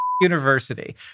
University